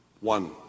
one